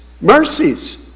Mercies